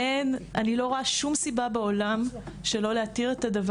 אני לא רואה שום סיבה לא להתיר את זה.